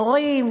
מורים,